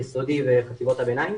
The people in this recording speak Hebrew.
יסודי וחטיבות הביניים,